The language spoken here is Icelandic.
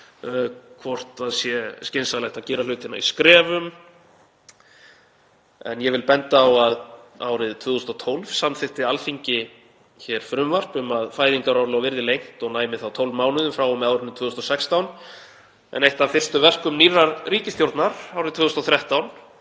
hvort það sé skynsamlegt að gera hlutina í skrefum. Ég vil benda á að árið 2012 samþykkti Alþingi frumvarp um að fæðingarorlof yrði lengt og næmi þá 12 mánuðum frá og með árinu 2016 en eitt af fyrstu verkum nýrrar ríkisstjórnar árið 2013